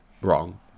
wrong